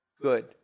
good